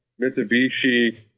Mitsubishi